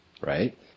right